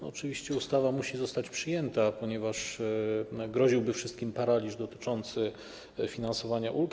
Oczywiście ustawa musi zostać przyjęta, ponieważ groziłby wszystkim paraliż dotyczący finansowania ulg.